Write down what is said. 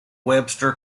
webster